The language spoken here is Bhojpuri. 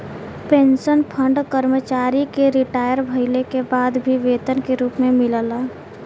पेंशन फंड कर्मचारी के रिटायर भइले के बाद भी वेतन के रूप में मिलला